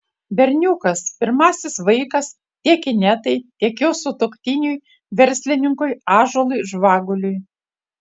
berniukas pirmasis vaikas tiek inetai tiek jos sutuoktiniui verslininkui ąžuolui žvaguliui